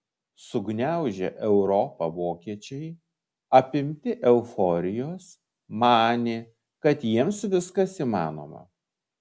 sugniaužę europą vokiečiai apimti euforijos manė kad jiems viskas įmanoma